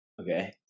Okay